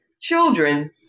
children